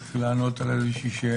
לענות אם יש לי שאלה.